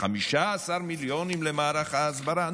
15 מיליון למערך ההסברה,